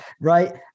right